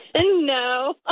No